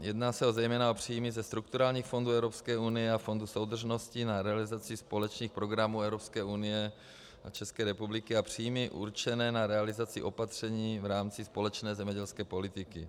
Jedná se zejména o příjmy ze strukturálních fondů Evropské unie a Fondu soudržnosti na realizaci společných programů Evropské unie a České republiky a příjmy určené na realizaci opatření v rámci společné zemědělské politiky.